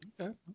Okay